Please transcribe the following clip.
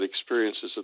experiences